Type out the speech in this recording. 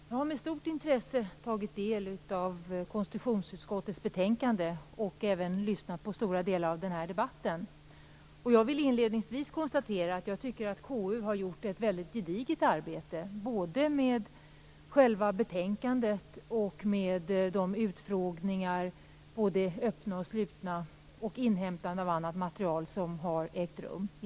Herr talman! Jag har med stort intresse tagit del av konstitutionsutskottets betänkande och även lyssnat på stora delar av den här debatten, och jag vill inledningsvis konstatera att jag tycker att KU har gjort ett väldigt gediget arbete, både med själva betänkandet och med de utfrågningar, både öppna och slutna, och det inhämtande av annat material som har ägt rum.